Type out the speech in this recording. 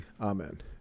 Amen